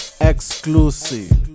Exclusive